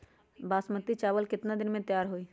बासमती चावल केतना दिन में तयार होई?